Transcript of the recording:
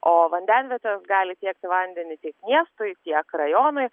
o vandenvietės gali tiekti vandenį tiek miestui tiek rajonui